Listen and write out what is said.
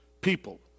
People